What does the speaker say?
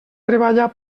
treballa